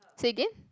say again